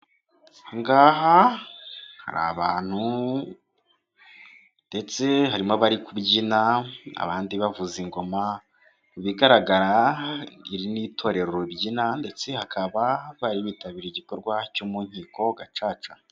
Aha ngaha hari abantu ndetse harimo abari kubyina abandi bavuza ingoma mu bigaragara iri ni itorero ribyina ndetse hakaba bari bitabiriye igikorwa cyo mu nkiko gacaca.